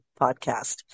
podcast